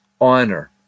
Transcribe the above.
honor